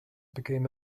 became